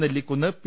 Nellikunnu P